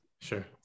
sure